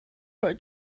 for